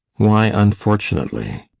why unfortunately?